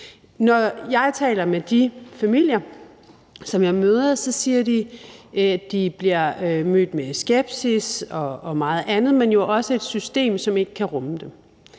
Når jeg taler med de familier, som jeg møder, så siger de, at de bliver mødt med skepsis og meget andet, men jo også et system, som ikke kan rumme dem.